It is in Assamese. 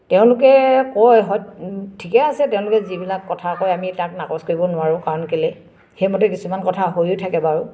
তেওঁলোকে কয় হয় ঠিকে আছে তেওঁলোকে যিবিলাক কথা কয় আমি তাক নাকচ কৰিব নোৱাৰোঁ কাৰণ কেলে সেইমতে কিছুমান কথা হৈয়ো থাকে বাৰু